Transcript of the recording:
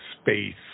space